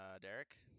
Derek